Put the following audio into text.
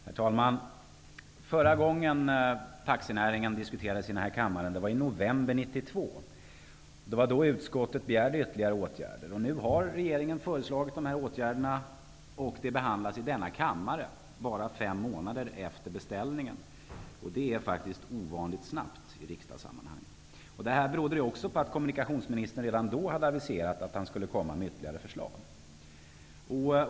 Herr talman! Förra gången taxinäringen diskuterades här i kammaren var i november 1992, och utskottet begärde då ytterligare åtgärder. Nu har regeringen föreslagit de åtgärderna, och de behandlas i denna kammare bara cirka fem månader efter beställningen. Det är ovanligt snabbt i riksdagssammanhang. Det berodde också på att kommunikationsministern redan då hade aviserat att han skulle komma med ytterligare förslag.